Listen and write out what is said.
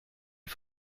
une